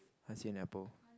and apple